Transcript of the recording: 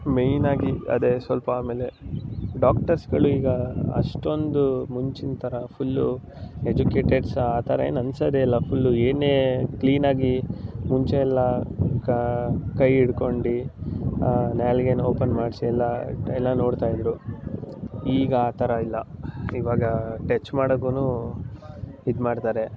ಮೈನಾಗಿ ಅದೇ ಸ್ವಲ್ಪ ಆಮೇಲೆ ಡಾಕ್ಟರ್ಸ್ಗಳು ಈಗ ಅಷ್ಟೊಂದು ಮುಂಚಿನ ಥರ ಫುಲ್ಲು ಎಜುಕೇಟೆಡ್ಸ್ ಆ ಥರ ಏನು ಅನ್ನಿಸೋದೆಯಿಲ್ಲ ಫುಲ್ಲು ಏನೇ ಕ್ಲೀನಾಗಿ ಮುಂಚೆಯೆಲ್ಲ ಕೈ ಹಿಡ್ಕೊಂಡು ನಾಲಿಗೇನ ಓಪನ್ ಮಾಡಿಸಿ ಎಲ್ಲ ಎಲ್ಲ ನೋಡ್ತಾಯಿದ್ದರು ಈಗ ಆ ಥರ ಇಲ್ಲ ಇವಾಗ ಟಚ್ ಮಾಡೋಕ್ಕೂ ಇದ್ಮಾಡ್ತಾರೆ